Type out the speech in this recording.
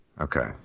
Okay